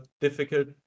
difficult